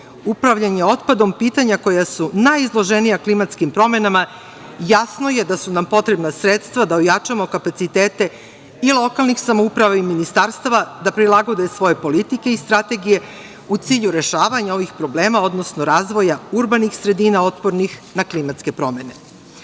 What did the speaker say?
upravljanje otpadom pitanja koja su najizloženija klimatskim promenama, jasno je da su nam potrebna sredstva da ojačamo kapacitete i lokalnih samouprava i ministarstava, da prilagode svoje politike i strategije, u cilju rešavanja ovih problema, odnosno razvoja urbanih sredina otpornih na klimatske promene. Svet